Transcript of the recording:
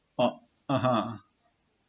oh (uh huh)